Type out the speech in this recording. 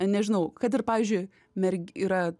nežinau kad ir pavyzdžiui merg yra